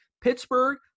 Pittsburgh